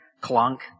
clunk